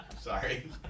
Sorry